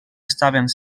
estaven